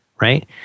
Right